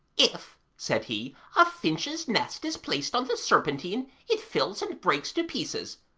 if, said he, a finch's nest is placed on the serpentine it fills and breaks to pieces,